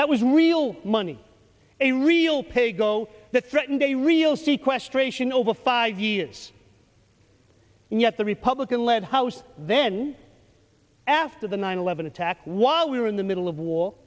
that was real money a real pay go that threatened a real seaquest ration over five years and yet the republican led house then after the nine eleven attack while we were in the middle of war